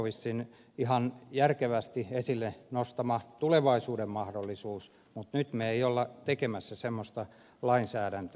zyskowiczin ihan järkevästi esille nostama tulevaisuuden mahdollisuus mutta nyt me emme ole tekemässä semmoista lainsäädäntöä